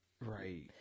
right